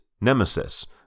Nemesis